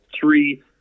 three